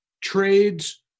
trades